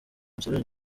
museveni